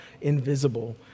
invisible